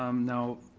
um now,